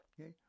Okay